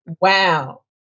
Wow